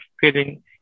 feeling